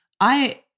I-